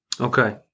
Okay